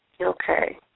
Okay